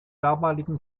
damaligen